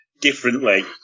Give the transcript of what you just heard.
differently